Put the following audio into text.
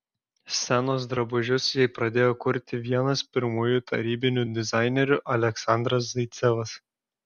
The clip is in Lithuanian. scenos drabužius jai pradėjo kurti vienas pirmųjų tarybinių dizainerių aleksandras zaicevas